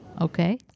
okay